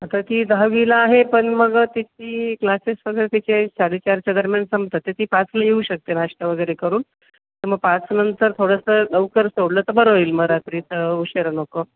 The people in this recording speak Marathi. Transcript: आता ती दहावीला आहे पण मग तिची क्लासेस वगैरे तिचे साडेचारच्या दरम्यान संपतात ते ती पाचला येऊ शकते नाश्ता वगैरे करून तर मग पाचनंतर थोडंसं लवकर सोडलं तर बरं होईल मग रात्रीचं उशीर नको